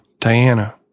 Diana